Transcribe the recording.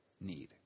need